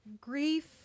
Grief